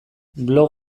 blog